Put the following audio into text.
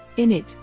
in it,